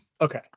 Okay